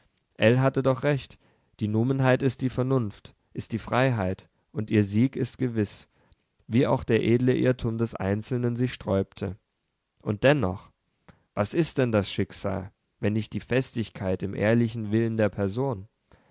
hatte doch recht die numenheit ist die vernunft ist die freiheit und ihr sieg ist gewiß wie auch der edle irrtum des einzelnen sich sträube und dennoch was ist denn das schicksal wenn nicht die festigkeit im ehrlichen willen der person